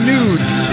Nudes